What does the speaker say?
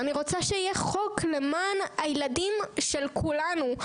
אני רוצה שיהיה חוק למען הילדים של כולנו.